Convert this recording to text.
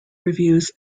reviews